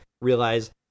Realize